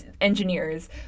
engineers